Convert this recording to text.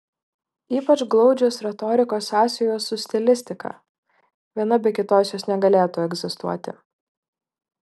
ypač glaudžios retorikos sąsajos su stilistika viena be kitos jos negalėtų egzistuoti